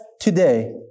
today